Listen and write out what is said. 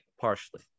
partially